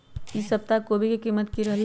ई सप्ताह कोवी के कीमत की रहलै?